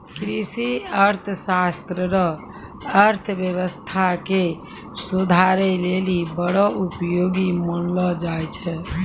कृषि अर्थशास्त्र रो अर्थव्यवस्था के सुधारै लेली बड़ो उपयोगी मानलो जाय छै